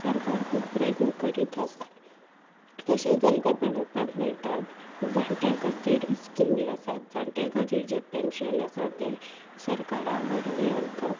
सरकार खूब प्रयत्न करीत आसा तशेंच आमकां पळोवपाक मेळटात जाणट्यां खातीर स्किमी आसात जाणट्या खातीर जें पेन्शन आसा तें सरकार वरवीं आमकां